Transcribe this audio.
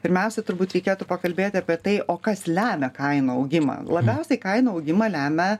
pirmiausia turbūt reikėtų pakalbėti apie tai o kas lemia kainų augimą labiausiai kainų augimą lemia